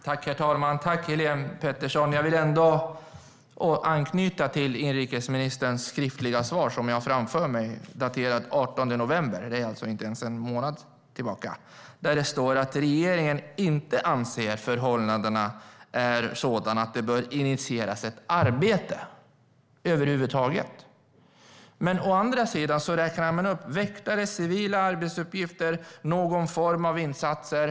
Herr talman! Tack, Helene Petersson! Jag vill ändå anknyta till inrikesministerns skriftliga svar, som jag har framför mig. Det är daterat den 18 november - alltså inte ens en månad tillbaka. Där står att regeringen inte anser att förhållandena är sådana att det bör initieras ett arbete över huvud taget. Å andra sidan räknar man upp väktare, civila arbetsuppgifter och någon form av insatser.